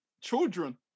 children